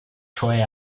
cioè